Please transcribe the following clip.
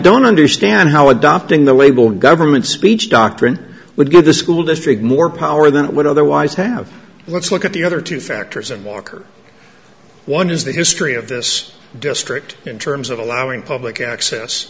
don't understand how adopting the label government speech doctrine would give the school district more power than it would otherwise have let's look at the other two factors and walker one is the history of this district in terms of allowing public access